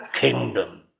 kingdom